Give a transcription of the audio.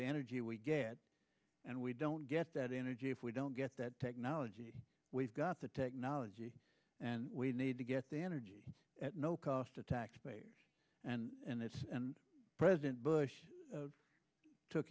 the energy we get and we don't get that energy if we don't get that technology we've got the technology and we need to get the energy at no cost to taxpayers and it's and president bush took